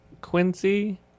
Quincy